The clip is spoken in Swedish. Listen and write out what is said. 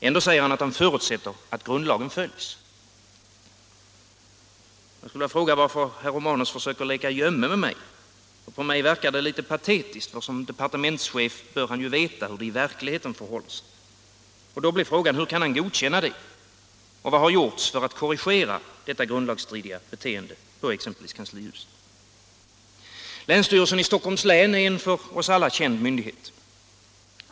Ändå säger han att han förutsätter att grundlagen följs. Jag vill fråga: Varför söker herr Romanus leka gömme med mig? På mig verkar det en aning patetiskt. Som departementschef bör han ju veta hur det i verkligheten förhåller sig. Och då blir frågan: Hur kan han godkänna det? Och vad har gjorts för att korrigera detta grundlagsstridiga beteende i exempelvis kanslihuset? Länsstyrelsen i Stockholms län är en för oss alla känd myndighet.